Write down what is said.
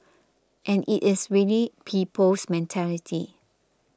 and it is really people's mentality